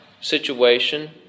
situation